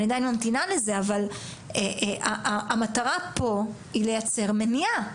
אבל המטרה פה לייצר מניעה.